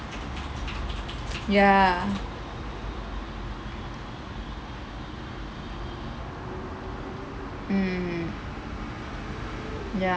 ya mm ya